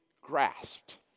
grasped